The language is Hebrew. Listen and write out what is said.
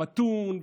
המתון,